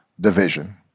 division